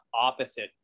opposite